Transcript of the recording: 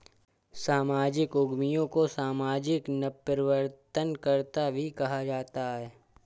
सामाजिक उद्यमियों को सामाजिक नवप्रवर्तनकर्त्ता भी कहा जाता है